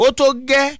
Otoge